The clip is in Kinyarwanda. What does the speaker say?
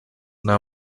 nta